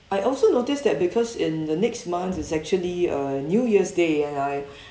I also noticed that because in the next month is actually a new year's day and I